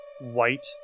white